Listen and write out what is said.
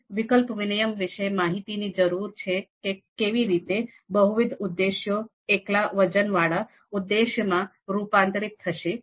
આપણે વિકલ્પ વિનિમય વિશેની માહિતીની જરૂર છે કે કેવી રીતે બહુવિધ ઉદ્દેશો એકલ વજનવાળા ઉદ્દેશ્યમાં રૂપાંતરિત થશે